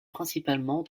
principalement